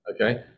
okay